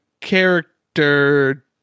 character